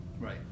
Right